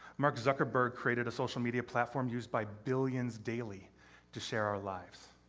mark zuckerberg created a social media platform used by billions daily to share our lives.